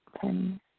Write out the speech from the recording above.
ten